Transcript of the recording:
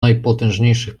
najpotężniejszych